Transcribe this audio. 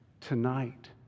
tonight